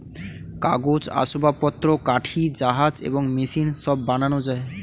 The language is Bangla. কাগজ, আসবাবপত্র, কাঠি, জাহাজ এবং মেশিন সব বানানো যায়